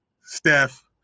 Steph